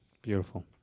Beautiful